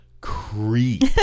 creep